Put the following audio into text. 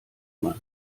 man